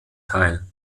teil